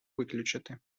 виключити